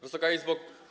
Wysoka Izbo!